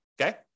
okay